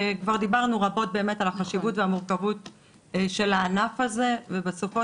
כבר דיברנו רבות באמת על החשיבות והמורכבות של הענף הזה ובסופו